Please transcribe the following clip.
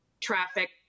traffic